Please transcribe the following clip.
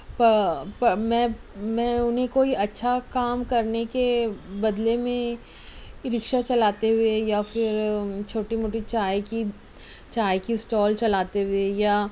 میں اُنہی کو ہی اچھا کام کرنے کے بدلے میں رِکشا چلاتے ہوئے یا پھر چھوٹی موٹی چائے کی چائے کی اسٹال چلاتے ہوئے یا